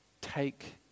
Take